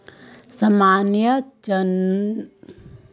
सामान्य चना लार उत्पादन रबी ला फसलेर सा कराल जाहा